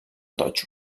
totxo